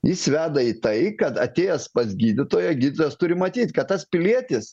jis veda į tai kad atėjęs pas gydytoją gydytojas turi matyt kad tas pilietis